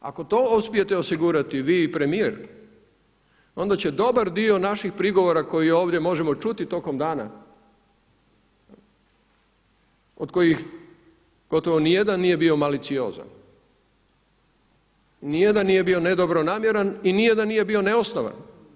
Ako to uspijete osigurati vi i premijer onda će dobar dio naših prigovora koje ovdje možemo čuti tokom dana, od kojih gotovo niti jedan nije bio maliciozan i niti jedan nije bio nedobronamjeran i niti jedan nije bio neosnovan.